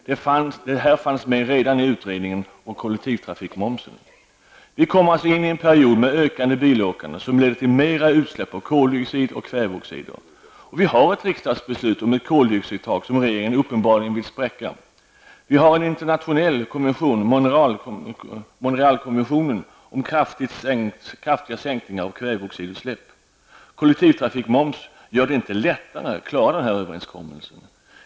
Detta fanns med redan i utredningen om kollektivtrafikmomsen. Vi kommer in i en period med ökande bilåkande som leder till mera utsläpp av koldioxid och kväveoxider. Vi har ett riksdagsbeslut om ett koldioxidtak som regeringen uppenbarligen vill spräcka. Vi har en internationell konvention, Montreal-konventionen, om kraftiga sänkningar av kväveoxidutsläpp. Kollektivtrafikmoms gör det inte lättare att klara den överenskommelsen.